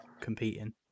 competing